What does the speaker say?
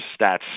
stats